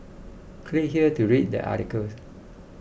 click here to read the articles